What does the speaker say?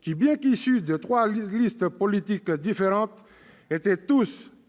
qui, bien qu'issus de trois listes politiques différentes, étaient tous les